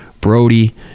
Brody